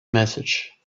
message